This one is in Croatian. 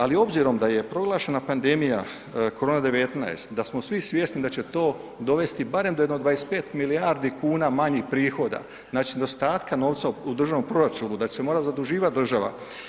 Ali obzirom da je proglašena pandemija COVID-a 19, da smo svi svjesni da će to dovesti barem do jedno 25 milijardi kuna manje prihoda, znači nedostatka novca u državnom proračunu, da će se morati zaduživati država.